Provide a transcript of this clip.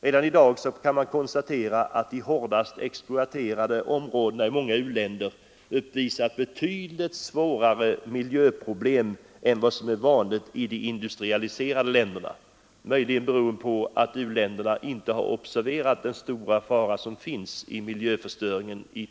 Redan i dag kan man konstatera att de hårdast exploaterade områdena i många u-länder uppvisar betydligt svårare miljöproblem än vad som är vanligt i de industrialiserade länderna — möjligen beroende på att u-länderna inte i tid har observerat den stora fara som finns i miljöförstöringen.